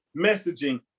messaging